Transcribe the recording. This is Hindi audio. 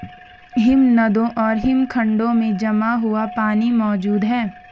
हिमनदों और हिमखंडों में जमा हुआ पानी मौजूद हैं